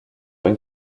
been